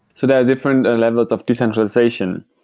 so there are different levels of decentralization.